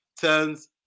turns